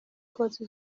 kotsa